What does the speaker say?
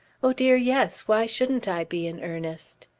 oh dear, yes. why shouldn't i be in earnest?